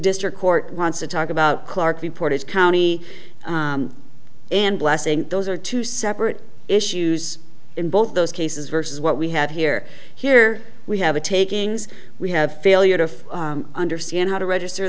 district court wants to talk about clarke reported county and blessing those are two separate issues in both those cases versus what we have here here we have a takings we have a failure of understand how to register